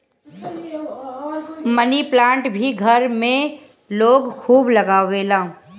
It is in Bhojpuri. मनी प्लांट भी घर में लोग खूब लगावेला